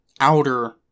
outer